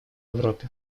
европе